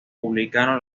republicano